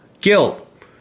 Guilt